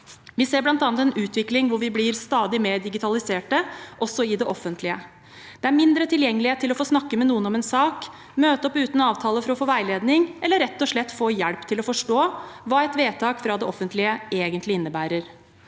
Vi ser bl.a. en utvikling hvor vi blir stadig mer digitalisert, også i det offentlige. Det er mindre tilgjengelighet til å få snakke med noen om en sak, møte opp uten avtale for å få veiledning, eller rett og slett få hjelp til å forstå hva et vedtak fra det offentlige egentlig innebærer.